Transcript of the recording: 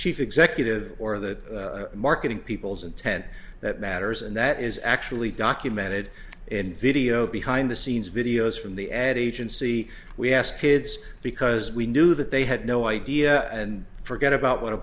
chief executive or the marketing people's intent that matters and that is actually documented in video behind the scenes videos from the ad agency we ask id's because we knew that they had no idea and forget about what a